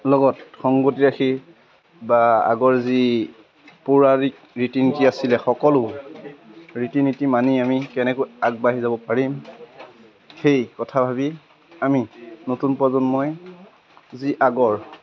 লগত সংগতি ৰাখি বা আগৰ যি পৌৰাণিক ৰীতি নীতি আছিলে সকলো ৰীতি নীতি মানি আমি কেনেকৈ আগবাঢ়ি যাব পাৰিম সেই কথা ভাবি আমি নতুন প্ৰজন্মই যি আগৰ